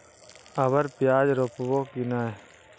अबर प्याज रोप्बो की नय?